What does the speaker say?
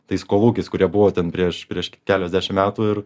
tais kolūkiais kurie buvo ten prieš prieš keliasdešimt metų ir